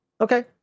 Okay